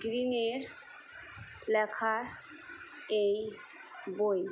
গ্রীনের লেখা এই বই